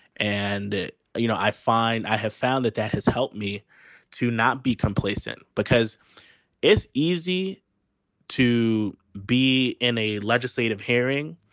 and, you know, i find i have found that that has helped me to not be complacent because it's easy to be in a legislative hearing,